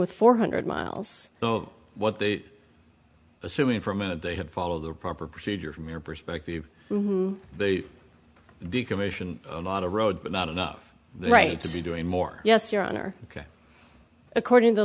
with four hundred miles what they assuming for a minute they had followed the proper procedure from your perspective they the commission a lot of road but not enough the right to be doing more yes your honor ok according to